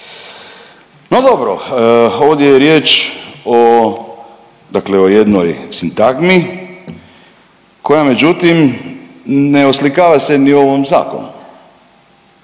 No dobro. Ovdje je riječ o dakle o jednoj sintagmi koja međutim, ne oslikava se ni u ovom Zakonu.